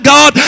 God